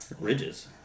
Ridges